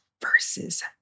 versus